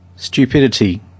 Stupidity